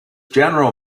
general